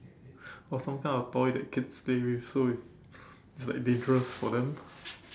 or some kind of toy that kids play with so it's like dangerous for them